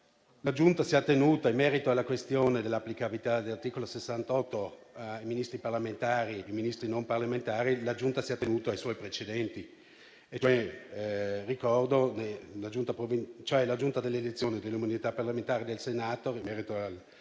La Giunta si è attenuta, in merito alla questione dell'applicabilità dell'articolo 68 ai Ministri parlamentari e ai Ministri non parlamentari, ai suoi precedenti. La Giunta delle elezioni e delle immunità parlamentari del Senato, in merito al